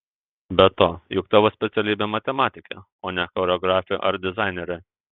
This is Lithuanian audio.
be to juk tavo specialybė matematikė o ne choreografė ar dizainerė